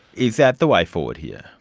is that the way forward here?